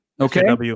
Okay